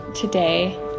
today